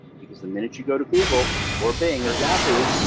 because the minute you go to google or bing or yahoo,